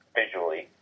visually